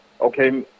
okay